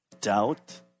doubt